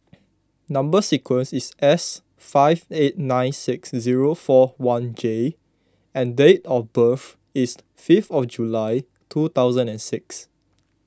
Number Sequence is S five eight nine six zero four one J and date of birth is fifth of July two thousand and six